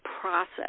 process